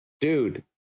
dude